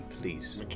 please